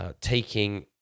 taking